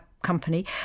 company